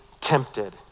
tempted